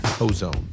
Ozone